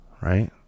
Right